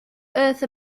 earth